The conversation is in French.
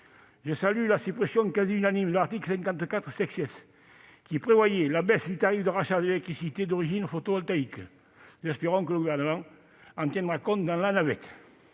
je salue la suppression quasi unanime de l'article 54 , qui prévoyait la baisse du tarif de rachat de l'électricité d'origine photovoltaïque. Nous espérons que le Gouvernement en tiendra compte dans la navette.